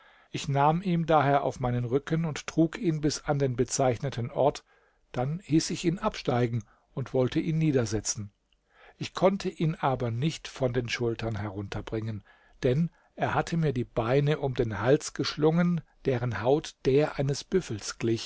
ich nahm ihm daher auf meinen rücken und trug ihn bis an den bezeichneten ort dann hieß ich ihn absteigen und wollte ihn niedersetzen ich konnte ihn aber nicht von den schultern herunterbringen denn er hatte mir die beine um den hals geschlungen deren haut der eines büffels